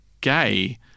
gay